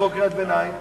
לקרוא קריאת ביניים?